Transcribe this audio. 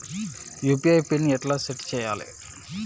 UPI PIN ఎట్లా set చేయాలే?